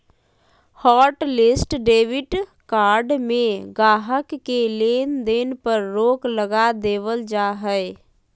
hotlist debit card में गाहक़ के लेन देन पर रोक लगा देबल जा हय